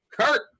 Kurt